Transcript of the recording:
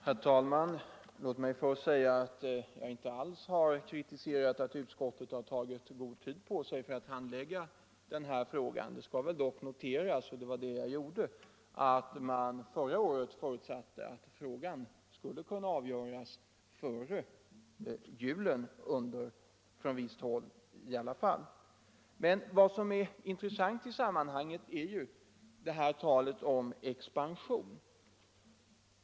Herr talman! Låt mig först säga att jag inte har kritiserat att utskottet har tagit god tid på sig för att handlägga denna fråga. Det skall väl dock noteras — och det var det jag gjorde — att man från visst håll förra året förutsatte att frågan skulle kunna avgöras före julen. Men vad som är intressant i sammanhanget är ju talet om expansionen.